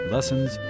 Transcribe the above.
Lessons